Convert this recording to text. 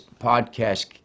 podcast